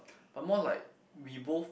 but more like we both